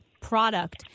product –